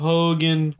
Hogan